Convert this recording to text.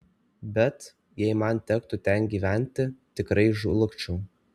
bet jei man tektų ten gyventi tikrai žlugčiau